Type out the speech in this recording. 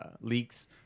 leaks